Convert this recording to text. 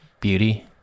beauty